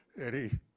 Eddie